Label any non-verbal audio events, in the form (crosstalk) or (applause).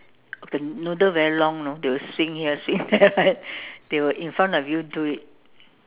the noodle very long you know they will swing here swing there right (laughs) they will in front of you do it